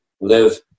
live